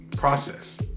process